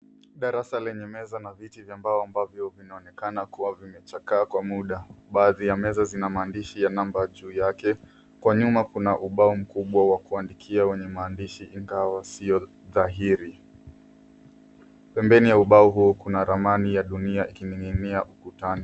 Darasa lenye meza na viti vya mbao ambavyo vinaonekana kuwa vimechakaa kwa muda. Baadhi ya meza zina maandishi ya namba juu yake. Kwa nyuma kuna ubao mkubwa wa kuandikia wenye maandishi ingawa sio dhahiri. Pembeni ya ubao huo kuna ramani ya dunia ikining'inia ukutani.